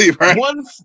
One